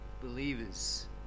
believers